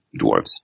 dwarves